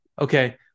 okay